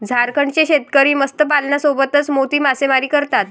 झारखंडचे शेतकरी मत्स्यपालनासोबतच मोती मासेमारी करतात